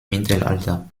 mittelalter